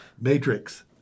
Matrix